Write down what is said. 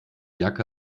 jacke